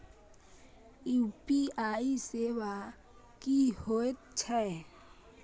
UPI सेवा की होयत छै?